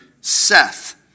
Seth